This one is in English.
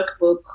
workbook